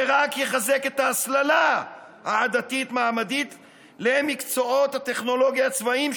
זה רק יחזק את ההסללה העדתית-מעמדית למקצועות הטכנולוגיה הצבאיים,